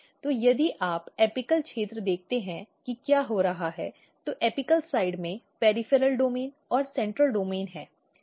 तो यदि आप एपिक क्षेत्र देखते हैं कि क्या हो रहा है तो एपिकल पक्ष में पॅरिफ़ॅरॅल डोमेन और केंद्रीय डोमेन हैं